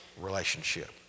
relationship